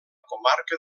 comarca